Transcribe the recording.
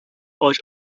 euch